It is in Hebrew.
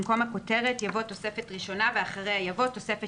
במקום הכותרת יבוא "תוספת ראשונה" ואחריה יבוא: תוספת